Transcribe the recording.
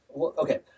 Okay